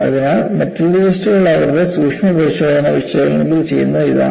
അതിനാൽ മെറ്റലർജിസ്റ്റുകൾ അവരുടെ സൂക്ഷ്മപരിശോധന വിശകലനത്തിൽ ചെയ്യുന്നത് ഇതാണ്